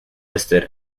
listed